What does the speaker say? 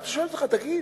אני שואל אותך: תגיד,